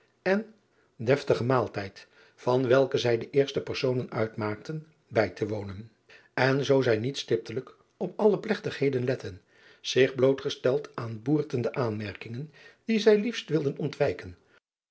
en destigen maaltijd van welken zij de eerste personen uitmaakten bij te wonen en zoo zij niet stiptelijk op alle plegtigheden letten zich blootgesteld aan boertende aanmerkingen die zij liefst wilden ontwijken